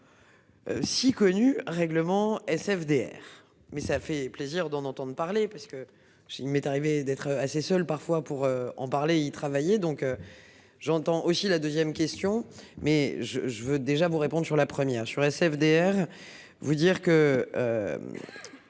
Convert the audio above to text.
Si connu règlement essaie FDR mais ça fait plaisir d'en entendre parler parce que j'ai, il m'est arrivé d'être assez seul parfois pour en parler, y travailler donc. J'entends aussi la deuxième question mais je je veux déjà vous répondre sur la première, je suis restée FDR vous dire que.